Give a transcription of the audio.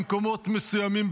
במקומות מסוימים,